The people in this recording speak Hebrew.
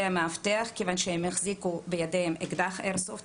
המאבטח מכיוון שהם החזיקו בידיהם אקדח איירסופט.